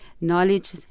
knowledge